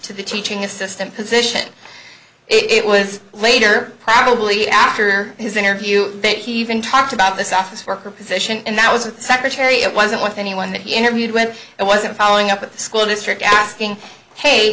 to the teaching assistant position it was later probably after his interview that he even talked about this office worker position and that was with the secretary it wasn't with anyone that he interviewed when it wasn't following up with the school district asking hey